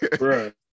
Right